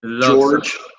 George